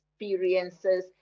experiences